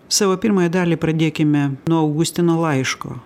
savo pirmąją dalį pradėkime nuo augustino laiško